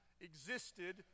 existed